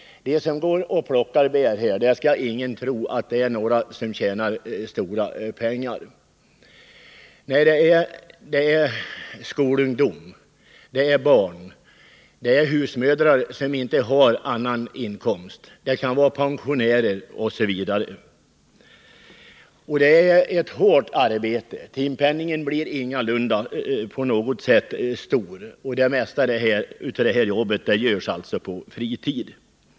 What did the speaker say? Ingen skall tro att de som plockar bär tjänar stora pengar. Det kan vara skolungdomar, barn, husmödrar som inte har någon annan inkomst och pensionärer. Det är ett hårt arbete, och timpenningen blir ingalunda stor. Och det mesta av arbetet görs dessutom på fritid.